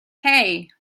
hey